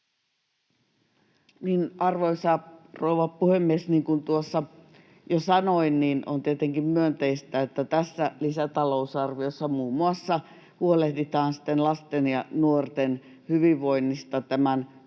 Arvoisa rouva puhemies! Niin kuin tuossa jo sanoin, on tietenkin myönteistä, että tässä lisätalousarviossa muun muassa huolehditaan lasten ja nuorten hyvinvoinnista tämän koronan